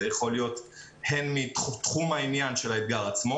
זה יכול להיות הן מתחום העניין של האתגר עצמו